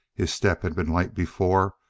his step had been light before,